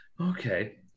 okay